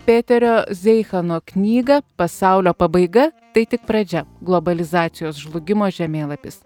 peterio zeichano knygą pasaulio pabaiga tai tik pradžia globalizacijos žlugimo žemėlapis